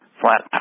flat